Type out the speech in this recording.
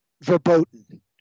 verboten